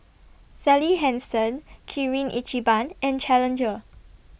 Sally Hansen Kirin Ichiban and Challenger